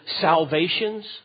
salvations